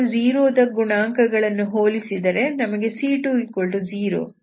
x0 ದ ಗುಣಾಂಕಗಳನ್ನು ಹೋಲಿಸಿದರೆ ನಮಗೆ c20 ದೊರೆಯುತ್ತದೆ